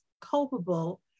culpable